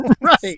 Right